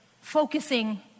focusing